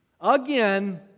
again